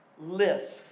list